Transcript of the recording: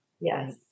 Yes